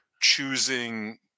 choosing